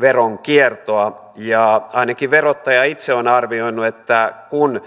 veronkiertoa ainakin verottaja itse on arvioinut että kun